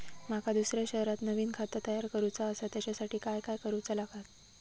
माका दुसऱ्या शहरात नवीन खाता तयार करूचा असा त्याच्यासाठी काय काय करू चा लागात?